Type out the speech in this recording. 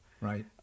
Right